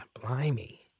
Blimey